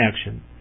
action